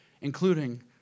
including